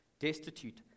destitute